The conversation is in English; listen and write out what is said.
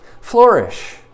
Flourish